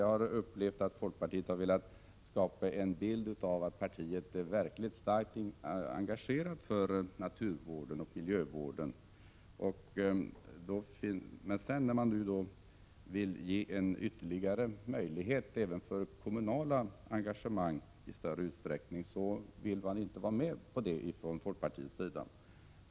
Jag har uppfattat det så att folkpartiet velat skapa en bild av ett parti, som är mycket starkt engagerat för naturvården och miljövården. Men när vi nu vill ge en möjlighet även för kommunala engagemang i större utsträckning, vill folkpartiet inte vara med.